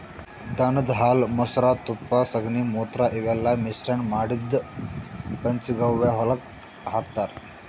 ದನದ್ ಹಾಲ್ ಮೊಸ್ರಾ ತುಪ್ಪ ಸಗಣಿ ಮೂತ್ರ ಇವೆಲ್ಲಾ ಮಿಶ್ರಣ್ ಮಾಡಿದ್ದ್ ಪಂಚಗವ್ಯ ಹೊಲಕ್ಕ್ ಹಾಕ್ತಾರ್